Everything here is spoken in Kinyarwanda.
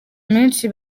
menshi